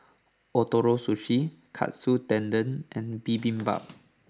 Ootoro Sushi Katsu Tendon and Bibimbap